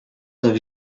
have